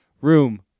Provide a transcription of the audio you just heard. room